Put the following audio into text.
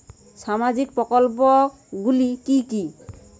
সামাজিক প্রকল্প গুলি কি কি?